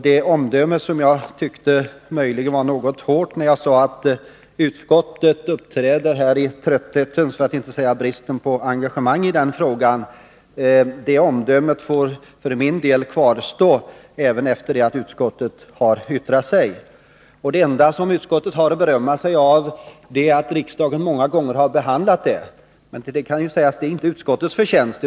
Det omdöme jag avgav — som jag möjligen tyckte var något hårt — att utskottet här uppträder i trötthetens tecken för att inte säga med brist på engagemangi denna fråga, får för min del kvarstå även efter det att utskottets talesman har yttrat sig. Det enda utskottet har att berömma sig av är att riksdagen många gånger har behandlat frågan. Men till det kan sägas att det inte är utskottets förtjänst.